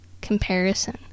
comparison